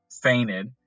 fainted